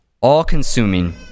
all-consuming